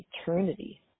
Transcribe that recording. eternity